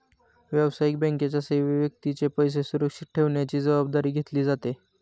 व्यावसायिक बँकेच्या सेवेत व्यक्तीचे पैसे सुरक्षित ठेवण्याची जबाबदारी घेतली जाते